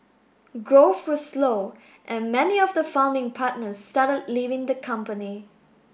growth was slow and many of the founding partners started leaving the company